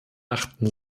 achten